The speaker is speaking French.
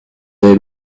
avez